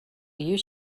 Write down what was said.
you